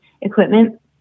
equipment